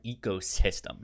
ecosystem